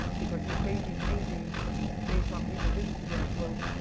because he's made these paintings based on people's instagram posts.